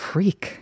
Freak